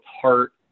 heart